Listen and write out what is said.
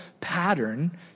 pattern